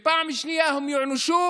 פעם שנייה הם ייענשו